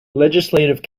legislative